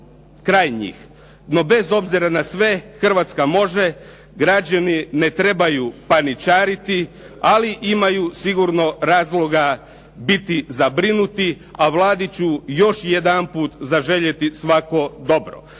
kraj njih No bez obzira na sve Hrvatska može, građani ne trebaju paničariti, ali imaju sigurno razloga biti zabrinuti, a Vladi ću još jedanput zaželjeti svako dobro.